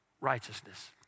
righteousness